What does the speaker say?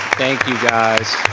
thank you guys.